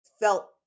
felt